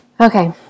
okay